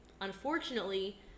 unfortunately